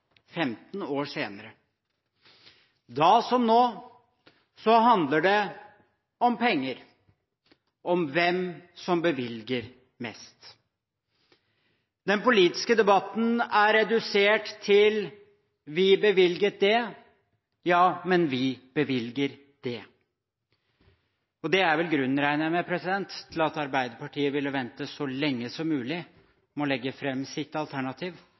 15 år senere. Da som nå handler det om penger – om hvem som bevilger mest. Den politiske debatten er redusert til «Vi bevilget det» og «Ja, men vi bevilger det». Og det er vel grunnen til, regner jeg med, at Arbeiderpartiet ville vente så lenge som mulig med å legge fram sitt alternativ,